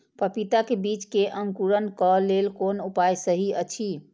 पपीता के बीज के अंकुरन क लेल कोन उपाय सहि अछि?